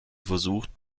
versucht